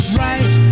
right